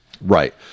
Right